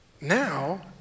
now